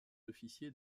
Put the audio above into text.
officier